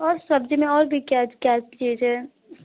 और सब्ज़ी में और भी क्या क्या चीज़ है